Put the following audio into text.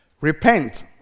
Repent